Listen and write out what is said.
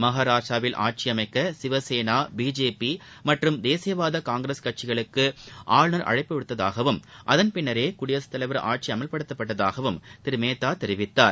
மகாராஷ்டிராவில் ஆட்சி அமைக்க சிவசேனா பிஜேபி மற்றம் தேசியவாத காங்கிஸ் கட்சிகளுக்கு ஆளுநர் அழைப்பு விடுத்ததாகவும் அதன் பின்னரே குடியரசுத் தலைவா் ஆட்சி அமல்படுத்தப்பட்டதாகவும் திரு மேத்தா தெரிவித்தார்